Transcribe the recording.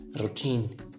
routine